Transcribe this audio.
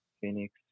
Phoenix